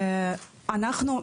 אנחנו,